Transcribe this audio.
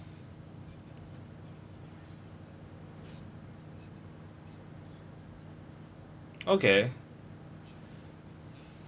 okay